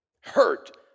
Hurt